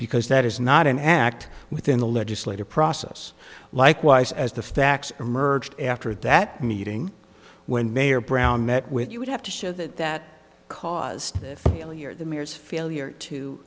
because that is not an act within the legislative process likewise as the facts emerged after that meeting when mayor brown met with you would have to show that that caused the failure the mayor's failure to